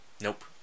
Nope